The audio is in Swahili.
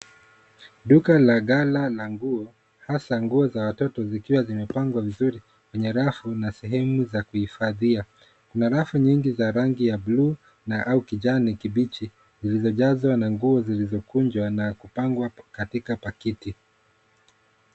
Duka la gala na nguo, hasa nguo za watoto vikiwa vimepangwa vizuri kwenye rafu na sehemu ya kuifadhia. Kuna rafu nyingi yenye rangi ya blue na au kijanikibichi zilizojazwa na nguo zilizokunjwa na kupangwa katika paketi.